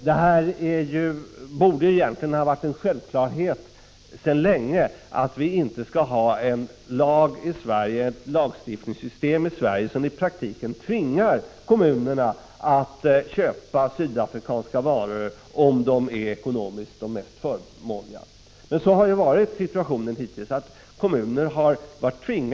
Det borde egentligen ha varit en självklarhet sedan länge, att vi i Sverige inte skall ha en lagstiftning som i praktiken tvingar kommunerna att köpa sydafrikanska varor om dessa är ekonomiskt mest förmånliga, men sådan har situationen hittills varit.